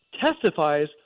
testifies